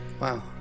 Wow